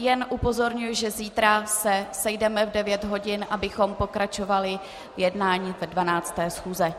Jen upozorňuji, že zítra se sejdeme v 9 hodin, abychom pokračovali v jednání 12. schůze.